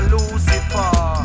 Lucifer